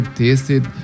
tasted